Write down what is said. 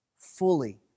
fully